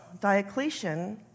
Diocletian